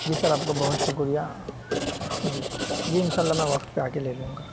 جی sir آپ کا بہت شکریہ جی جی انشاء اللہ میں وقت پہ آ کے لے لوں گا